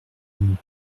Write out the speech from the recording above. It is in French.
une